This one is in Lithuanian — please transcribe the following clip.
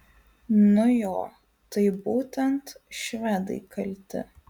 nu jo tai būtent švedai kalti